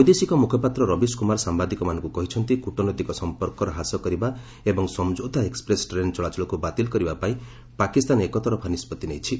ବୈଦେଶିକ ମୁଖପାତ୍ର ରବିଶ କୁମାର ସାମ୍ବାଦିକମାନଙ୍କୁ କହିଛନ୍ତି କୂଟନୈତିକ ସଂପର୍କ ହ୍ରାସ କରିବା ଏବଂ ସମ୍ଝୌତା ଏକ୍ୱପ୍ରେସ୍ ଟ୍ରେନ୍ ଚଳାଚଳକୁ ବାତିଲ କରିବା ପାଇଁ ପାକିସ୍ତାନ ଏକ ତରଫା ନିଷ୍ପଭି ନେଇଛି